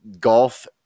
golf